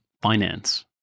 finance